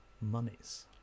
monies